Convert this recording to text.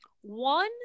one